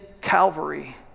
Calvary